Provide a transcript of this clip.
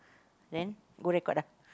then go record ah